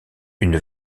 une